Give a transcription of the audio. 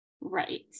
Right